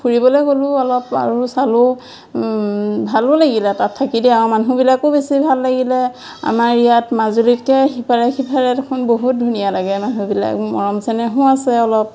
ফুৰিবলে গ'লোঁ অলপ আৰু চালোঁ ভালো লাগিলে তাত থাকি দিয়ে আও মানুহবিলাকো বেছি ভাল লাগিলে আমাৰ ইয়াত মাজুলীতকে ইফালে সিফালে দেখোন বহুত ধুনীয়া লাগে মানুহবিলাক মৰম চেনেহো আছে অলপ